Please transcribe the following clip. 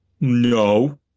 No